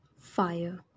fire